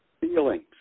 feelings